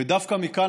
ודווקא מכאן,